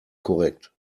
korrekt